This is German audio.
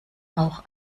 auch